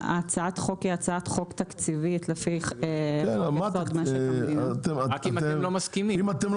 הצעת החוק היא הצעת חוק תקציבית לפי -- אמרתם רק אם אתם לא מסכימים,